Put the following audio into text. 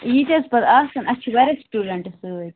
ییٖتیٛاہ حظ پتہٕ آسَن اَسہِ چھِ واریاہ سُٹوٗڈَنٛٹ سۭتۍ